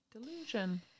Delusion